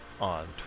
on